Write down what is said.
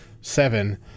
seven